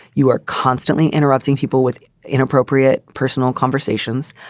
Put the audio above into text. you are constantly interrupting people with inappropriate personal conversations.